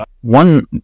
one